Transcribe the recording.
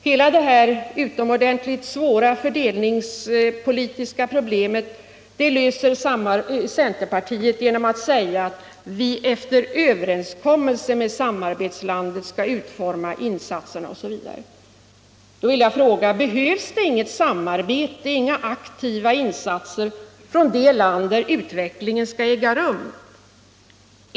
Hela det utomordentligt svåra fördelningspolitiska problemet löser centerpartiet genom att säga att vi efter överenskommelse med samarbetslandet skall utforma insatserna osv. Behövs det då inget samarbete och inga aktiva insatser från det land där utvecklingen skall äga rum?